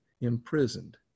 imprisoned